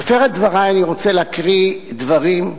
בפתח דברי אני רוצה להקריא דברים,